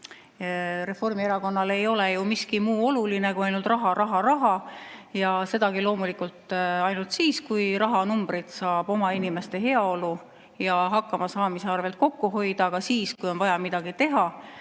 Reformierakonnale ei ole ju miski muu oluline kui ainult raha, raha, raha, ja sedagi loomulikult ainult siis, kui rahanumbreid saab oma inimeste heaolu ja hakkamasaamise arvel kokku hoida. Aga siis, kui on vaja midagi teha,